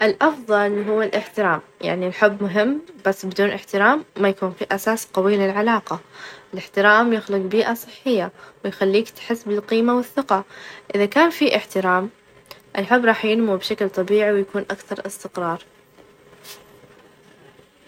أيوا التعليم مهم جدًا للمجتمع -هو أساس يعنى- هو أساس تطور أفراد، وبناء قدرتهم، ويعزز من الوعي، والثقافة، يعني التعليم يساعد في تحسين الإقتصاد، ويقوي العلاقات الإجتماعية، لكن المجتمع يعني المتعلم يكون أكثر قدرة على مواجة التحديات، وإتخاذ قرارات أفظل.